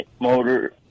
motor